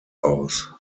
aus